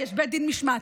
יש בית דין משמעתי,